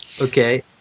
Okay